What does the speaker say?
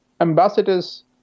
ambassadors